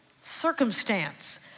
circumstance